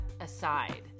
aside